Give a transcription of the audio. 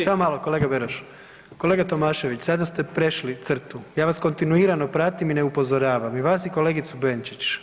Samo malo kolega Beroš. kolega Tomašević sada ste prešli crtu, ja vas kontinuirano pratim i ne upozoravam i vas i kolegicu Benčić.